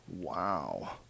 wow